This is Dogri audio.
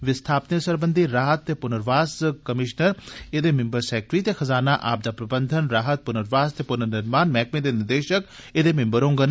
विस्थापतें सरबंधी राहत ते पुर्नवास कमीषनर एह्दे मिंबर सैक्टरी ते खजाना आपदा प्रबंधन राहत पुर्नवास ते पुननिर्माण मैहकमे दे निदेषक एहदे मिंबर होंगन